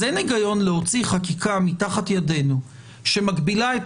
אז אין היגיון להוציא חקיקה מתחת ידינו שמגבילה את